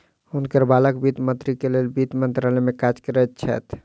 हुनकर बालक वित्त मंत्रीक लेल वित्त मंत्रालय में काज करैत छैथ